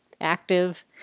active